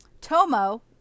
Tomo